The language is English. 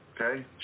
Okay